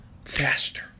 Faster